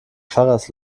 pfarrers